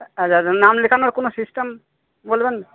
আচ্ছা আচ্ছা নাম লেখানোর কোন সিস্টেম বলবেন